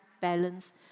balance